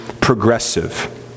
progressive